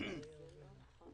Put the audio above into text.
אלינו עוד